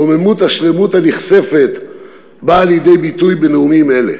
רוממות השלמות הנכספת באה לידי ביטוי בנאומים אלה.